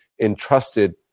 entrusted